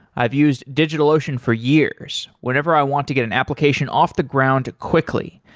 i've used digitalocean for years, whenever i want to get an application off the ground quickly.